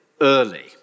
early